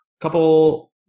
couple